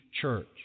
church